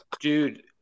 Dude